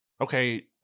okay